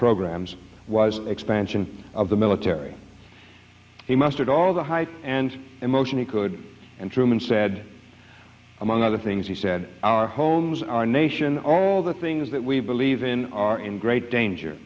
programs was an expansion of the military he mustered all the hype and emotion he could and truman said among other things he said our homes our nation all the things that we believe in are in great danger